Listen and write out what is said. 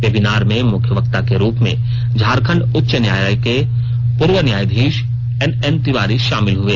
webinar में मुख्य वक्ता के रूप में झारखंड उच्च न्यायालय के पूर्व न्यायधीश एन एन तिवारी शामिल हुए